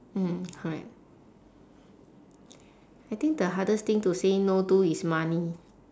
mm correct I think the hardest thing to say no to is money